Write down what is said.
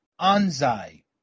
Anzai